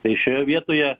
tai šioje vietoje